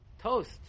Toast